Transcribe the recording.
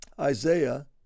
Isaiah